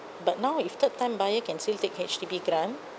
but now if third time buyer can still take H_D_B grant